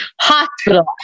hospital